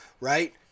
Right